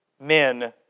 men